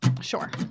Sure